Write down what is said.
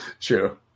True